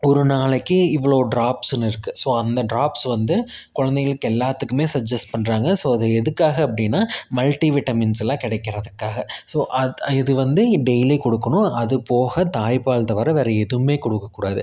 ஒரு நாளைக்கு இவ்வளோ ட்ராப்ஸ்னு இருக்குது ஸோ அந்த ட்ராப்ஸ் வந்து குலந்தைகளுக்கு எல்லாத்துக்குமே சஜஸ்ட் பண்ணுறாங்க ஸோ அதை எதுக்காக அப்படின்னா மல்ட்டிவிட்டமின்ஸ் எல்லாம் கிடைக்கிறதுக்காக ஸோ அது இது வந்து டெய்லி கொடுக்கணும் அது போக தாய்ப்பால் தவிர வேறு எதுவுமே கொடுக்கக்கூடாது